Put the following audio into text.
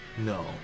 No